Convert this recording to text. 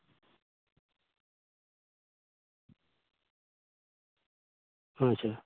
ᱦᱩᱸ ᱟᱪᱪᱷᱟ